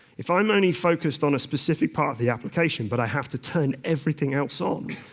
if i'm only focused on a specific part of the application but i have to turn everything else on,